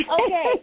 Okay